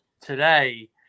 today